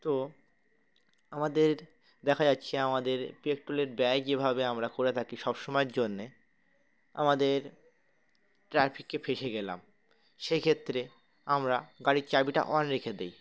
তো আমাদের দেখা যাচ্ছে আমাদের পেট্রোলের ব্যয় যেভাবে আমরা করে থাকি সব সময়ের জন্যে আমাদের ট্রাফিককে ফেসে গেলাম সে ক্ষেত্রে আমরা গাড়ির চাবিটা অন রেখে দিই